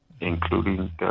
including